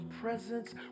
presence